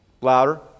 Louder